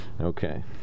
Okay